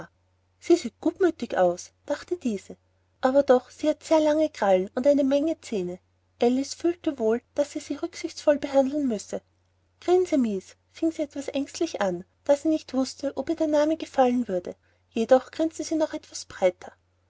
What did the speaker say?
sie sieht gutmüthig aus dachte diese aber doch hatte sie sehr lange krallen und eine menge zähne alice fühlte wohl daß sie sie rücksichtsvoll behandeln müsse grinse mies fing sie etwas ängstlich an da sie nicht wußte ob ihr der name gefallen würde jedoch grinste sie noch etwas breiter